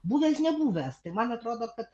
buvęs nebuvęs tai man atrodo kad